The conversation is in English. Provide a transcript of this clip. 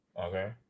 Okay